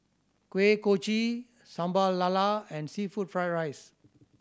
Kuih Kochi Sambal Lala and seafood fried rice